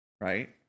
Right